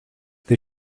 they